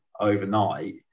overnight